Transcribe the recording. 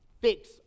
fix